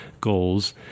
goals